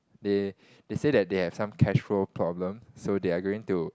they they say that they have some cashflow problem so they are going to